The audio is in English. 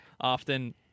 Often